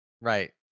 right